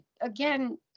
again